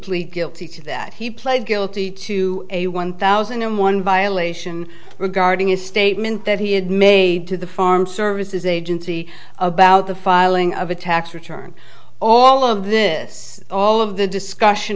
plead guilty to that he played guilty to a one thousand and one violation regarding a statement that he had made to the farm services agency about the filing of a tax return all of this all of the discussion